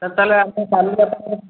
ତାହେଲେ ଆପଣ କାଲି କଥା ହୁଅନ୍ତୁ